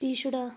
पिछड़ा